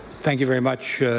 thank you very much,